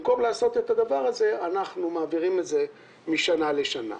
במקום לעשות כך, אנחנו מעבירים משנה לשנה.